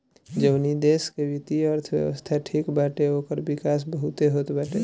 जवनी देस के वित्तीय अर्थव्यवस्था ठीक बाटे ओकर विकास बहुते होत बाटे